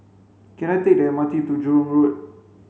can I take the M R T to Jurong Road